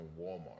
Walmart